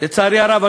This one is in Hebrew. לצערי הרב,